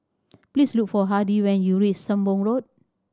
please look for Hardie when you reachs Sembong Road